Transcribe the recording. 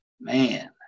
man